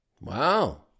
Wow